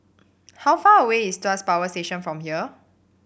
how far away is Tuas Power Station from here